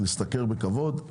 להשתכר בכבוד,